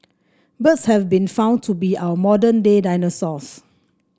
birds have been found to be our modern day dinosaurs